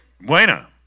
Buena